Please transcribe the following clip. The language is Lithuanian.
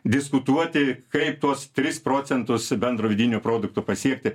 diskutuoti kaip tuos tris procentus bendro vidinio produkto pasiekti